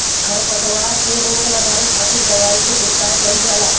खरपतवार पे रोक लगावे खातिर दवाई के छिड़काव कईल जाला